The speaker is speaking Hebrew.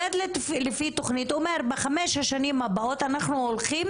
תוכנית שאומרת שבחמש השנים הבאות למשל,